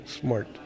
smart